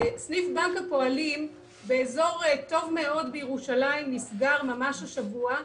סניף בנק הפועלים באזור טוב מאוד בירושלים נסגר ממש השבוע.